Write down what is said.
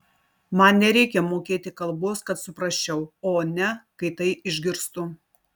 man nereikia mokėti kalbos kad suprasčiau o ne kai tai išgirstu